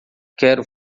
quero